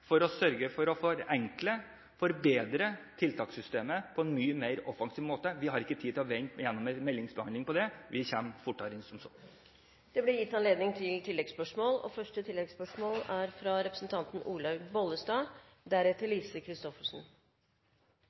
for å sørge for å forenkle og forbedre tiltakssystemet på en mye mer offensiv måte. Vi har ikke tid til å vente på en meldingsbehandling – vi vil komme fortere med dette enn som så. Det blir gitt anledning til